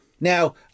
Now